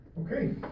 Okay